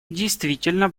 действительно